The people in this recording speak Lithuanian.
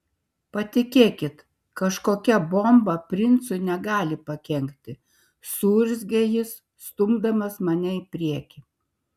patikėkit kažkokia bomba princui negali pakenkti suurzgė jis stumdamas mane į priekį